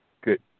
Good